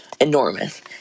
enormous